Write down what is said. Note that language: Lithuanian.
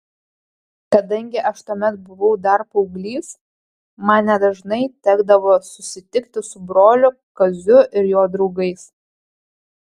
kadangi aš tuomet buvau dar paauglys man nedažnai tekdavo susitikti su broliu kaziu ir jo draugais